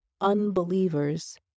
unbelievers